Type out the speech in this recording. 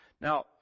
Now